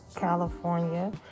California